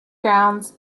grounds